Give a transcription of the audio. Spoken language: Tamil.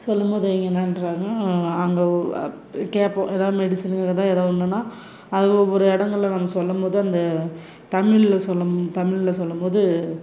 சொல்லும்போது என்னான்றாங்க அவங்க கேட்போம் ஏதாவது மெடிசன் ஏதா ஒன்றுனா அது ஒவ்வொரு இடங்கள்ல நம்ம சொல்லும்போது அந்த தமிழ்ல சொல்லும் தமிழ்ல சொல்லும்போது